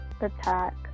attack